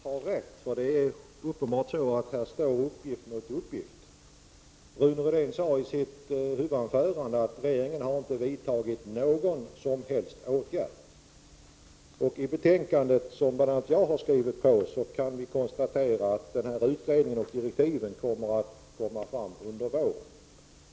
Herr talman! Vi får väl i sinom tid reda på vem som har rätt. Här står uppenbarligen uppgift mot uppgift. Rune Rydén sade i sitt huvudanförande att regeringen inte har vidtagit någon som helst åtgärd. I betänkandet, som bl.a. jag har skrivit under, konstateras att utredningen kommer att tillsättas och direktiven att ges under våren.